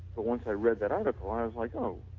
but once i read that article i was like, oh,